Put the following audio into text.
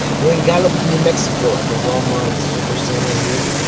we're in gallup, new mexico at the walmart supercenter here.